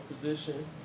position